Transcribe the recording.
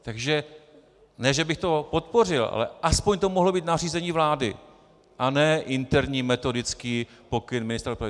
Takže ne že bych to podpořil, ale aspoň to mohlo být nařízení vlády a ne interní metodický pokyn ministra dopravy.